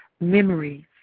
Memories